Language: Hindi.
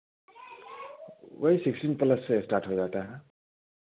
वही सिक्सटीन प्लस से स्टार्ट हो जाता है